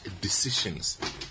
decisions